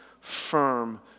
firm